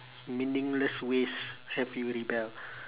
meaningless ways have you rebelled